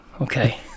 okay